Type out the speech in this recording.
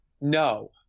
No